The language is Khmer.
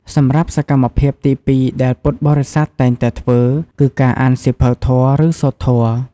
សម្រាប់សកម្មភាពទីពីរដែលពុទ្ធបរិស័ទតែងតែធ្វើគឺ ការអានសៀវភៅធម៌ ឬ សូត្រធម៌។